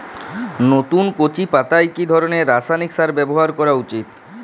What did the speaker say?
নতুন কচি পাতায় কি ধরণের রাসায়নিক সার ব্যবহার করা উচিৎ?